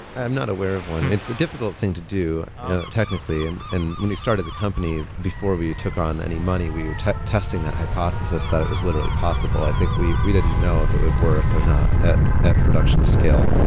i'm not aware of one. it's a difficult thing to do technically, and and when they started the company before we took on any money we were testing that hypothesis that it was literally possible. i think we we didn't know if it would work or not at at production scale.